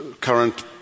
current